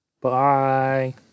Bye